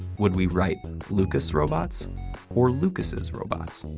would we write lucas' robots or lucas's robots?